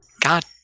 God